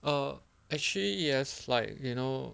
err actually yes like you know